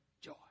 joy